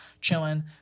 chilling